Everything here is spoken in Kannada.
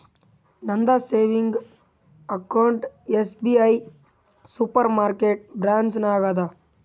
ನಂದ savings account SBI super market branch ನಾಗ್ ಅದಾ